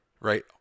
Right